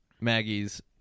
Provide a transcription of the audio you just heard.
Maggie's